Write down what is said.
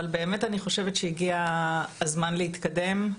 אבל באמת אני חושבת שהגיע הזמן להתקדם,